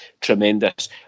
tremendous